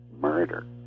murder